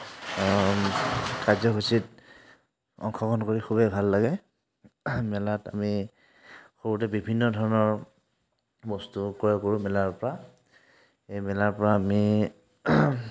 কাৰ্যসূচীত অংশগ্ৰহণ কৰি খুবেই ভাল লাগে মেলাত আমি সৰুতে বিভিন্ন ধৰণৰ বস্তু ক্ৰয় কৰোঁ মেলাৰ পৰা এই মেলাৰ পৰা আমি